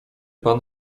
pan